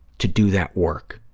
to do that work,